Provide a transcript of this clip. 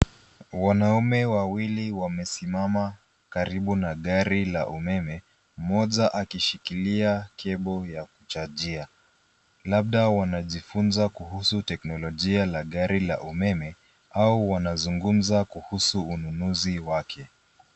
Wanaume wawili wamesimama karibu na gari la umeme mmoja akishikilia kebo ya kuchajia. Labda wanajifunza kuhusu teknolojia la gari la umeme au wanazungumza kuhusu ununuzi wake.